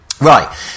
Right